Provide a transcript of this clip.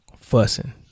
fussing